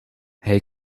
hij